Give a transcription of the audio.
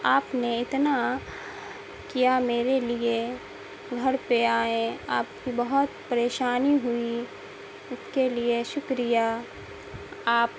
آپ نے اتنا کیا میرے لیے گھر پہ آئے آپ کی بہت پریشانی ہوئی اس کے لیے شکریہ آپ